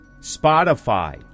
Spotify